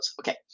Okay